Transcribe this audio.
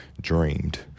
dreamed